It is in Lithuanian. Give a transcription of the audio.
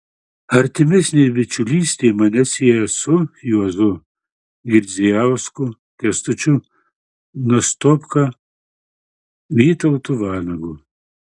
artimesnė bičiulystė mane sieja su juozu girdzijausku kęstučiu nastopka vytautu vanagu